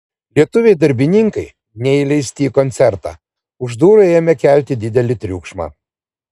lietuviai darbininkai neįleisti į koncertą už durų ėmė kelti didelį triukšmą